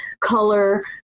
color